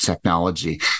technology